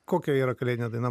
kokia jo yra kalėdinė daina